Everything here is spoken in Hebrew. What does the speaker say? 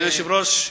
אדוני היושב-ראש,